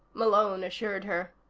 malone assured her.